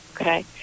okay